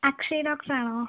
Akshay doctor ആണോ